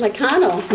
McConnell